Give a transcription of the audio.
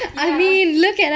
ya